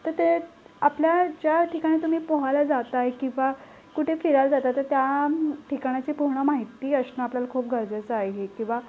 तर ते आपल्या ज्या ठिकाणी तुम्ही पोहायला जात आहे किंवा कुठे फिरायला जात आहात तर त्या ठिकाणाची पूर्ण माहिती असणं आपल्याला खूप गरजेचं आहे किंवा